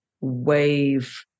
wave